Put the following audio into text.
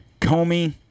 Comey